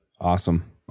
Awesome